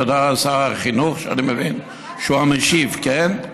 תודה לשר החינוך, שאני מבין שהוא המשיב, כן?